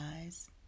eyes